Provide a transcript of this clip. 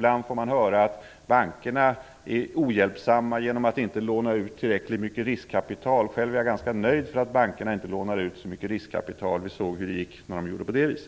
Ibland får man höra att bankerna är ohjälpsamma genom att inte låna ut tillräckligt mycket riskkapital. Själv är jag ganska nöjd över att bankerna inte lånar ut så mycket riskkapital. Vi såg hur det gick när de gjorde det.